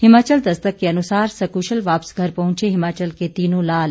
हिमाचल दस्तक के अनुसार संकुशल वापस घर पहुंचे हिमाचल के तीनों लाल